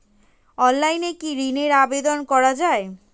অনলাইনে কি ঋণের আবেদন করা যায়?